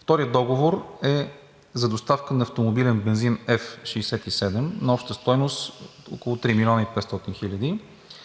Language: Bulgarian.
Вторият договор е за доставка на автомобилен бензин F-67 на обща стойност около 3 млн. 500 хиляди